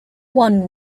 one